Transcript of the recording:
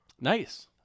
Nice